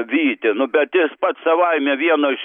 vytį nu bet jis pats savaime vieno iš